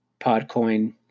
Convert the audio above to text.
PodCoin